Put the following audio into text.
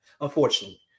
unfortunately